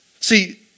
See